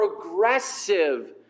progressive